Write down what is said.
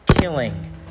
killing